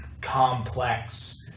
complex